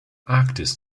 arktis